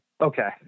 Okay